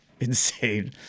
insane